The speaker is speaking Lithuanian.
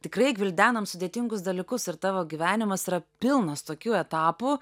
tikrai gvildenam sudėtingus dalykus ir tavo gyvenimas yra pilnas tokių etapų